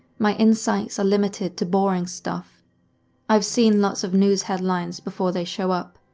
my insights are limited to boring stuff i've seen lots of news headlines before they show up,